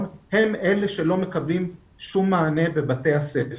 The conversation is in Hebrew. הם אלה שלא מקבלים שום מענה בבתי הספר.